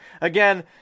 again